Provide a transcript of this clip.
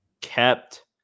kept